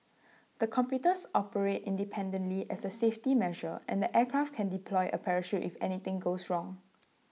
the computers operate independently as A safety measure and the aircraft can deploy A parachute if anything goes wrong